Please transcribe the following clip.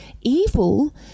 Evil